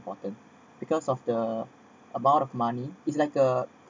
important because of the amount of money it's like a